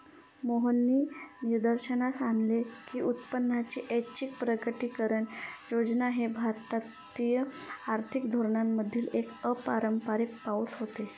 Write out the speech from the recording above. मोहननी निदर्शनास आणले की उत्पन्नाची ऐच्छिक प्रकटीकरण योजना हे भारतीय आर्थिक धोरणांमधील एक अपारंपारिक पाऊल होते